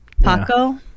paco